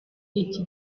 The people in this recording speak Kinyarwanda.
iki